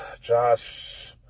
Josh